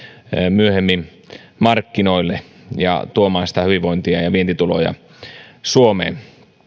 myöhemmin markkinoille ja tuomaan hyvinvointia ja ja vientituloja suomeen